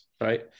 right